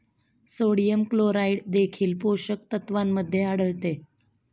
sodium chloride देखील पोषक तत्वांमध्ये आढळते